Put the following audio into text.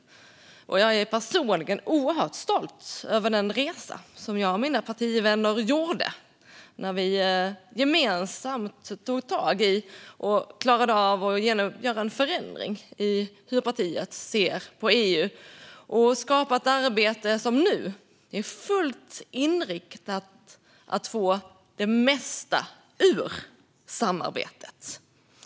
Jag är personligen oerhört stolt över den resa som jag och mina partivänner gjorde när vi gemensamt tog tag i frågan och klarade av att göra en förändring i hur partiet ser på EU. Vi har skapat ett arbete som nu är fullt inriktat på att få det mesta ur samarbetet.